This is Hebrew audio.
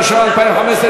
התשע"ה 2015,